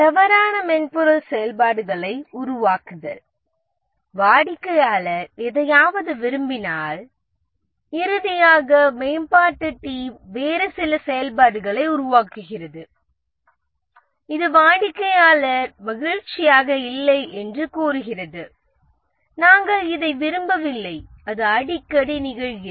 தவறான மென்பொருள் செயல்பாடுகளை உருவாக்குதல் வாடிக்கையாளர் எதையாவது விரும்பினார் இறுதியாக மேம்பாட்டுக் டீம் வேறு சில செயல்பாடுகளை உருவாக்குகிறது இது வாடிக்கையாளர் மகிழ்ச்சியாக இல்லை என்று கூறுகிறது நாங்கள் இதை விரும்பவில்லை அது அடிக்கடி நிகழ்கிறது